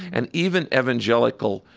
and even evangelical,